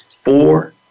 four